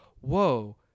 Whoa